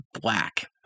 Black